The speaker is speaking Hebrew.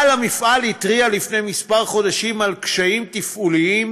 בעל המפעל התריע לפני כמה חודשים על קשיים תפעוליים